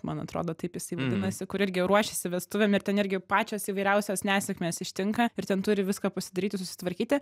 man atrodo taip jisai vadinasi kur irgi ruošiasi vestuvėm ir ten irgi pačios įvairiausios nesėkmės ištinka ir ten turi viską pasidaryti susitvarkyti